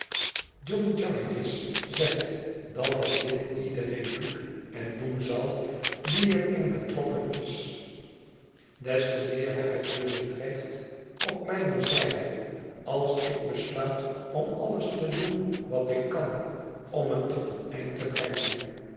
john jarndyce zegt dat het dit iedereen doet en doen zal die er in betrokken is des te meer heb ik dus het recht op mijne zijde als ik besluit om alles te doen wat ik kan om het tot een eind te brengen